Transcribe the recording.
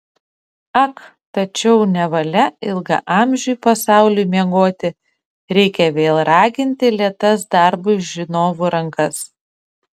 ak tačiau nevalia ilgaamžiui pasauliui miegoti reikia vėl raginti lėtas darbui žinovų rankas